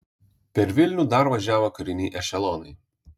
per vilnių dar važiavo kariniai ešelonai